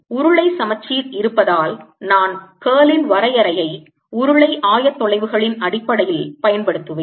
உருளை சமச்சீர் இருப்பதால் நான் curl ன் வரையறையை உருளை ஆயத்தொலைவுகளின் அடிப்படையில் பயன்படுத்துவேன்